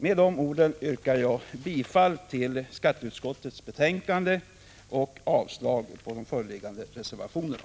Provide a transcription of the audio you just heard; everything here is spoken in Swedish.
Med de orden yrkar jag bifall till skatteutskottets hemställan och avslag på de föreliggande reservationerna.